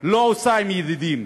לא עושה עם ידידים.